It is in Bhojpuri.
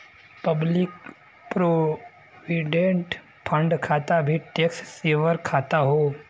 पब्लिक प्रोविडेंट फण्ड खाता भी टैक्स सेवर खाता हौ